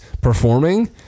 performing